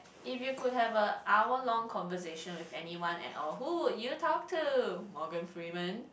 if you could have a hour long conversation with anyone at all who would you talk to Morgan-Freeman